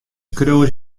skriuwe